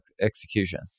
execution